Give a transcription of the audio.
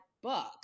Book